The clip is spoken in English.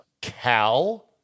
Cal